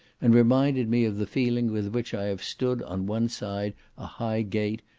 and reminded me of the feeling with which i have stood on one side a high gate,